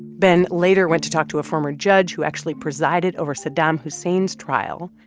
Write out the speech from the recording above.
ben later went to talk to a former judge who actually presided over saddam hussein's trial.